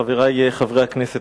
חברי חברי הכנסת,